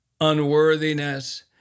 unworthiness